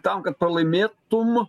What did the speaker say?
tam kad pralaimėtum